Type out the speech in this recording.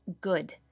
good